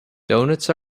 doughnuts